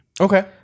Okay